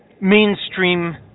mainstream